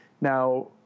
Now